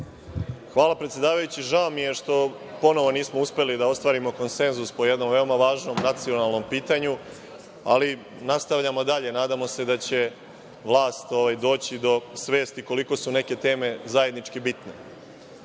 Hvala, predsedavajući. Žao mi je što ponovo nismo uspeli da ostvarimo konsenzus po jednom veoma važnom nacionalnom pitanju, ali nastavljamo dalje. Nadamo se da će vlast doći do svesti koliko su neke teme zajednički bitne. Ono